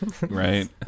Right